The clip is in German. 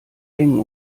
eng